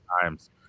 times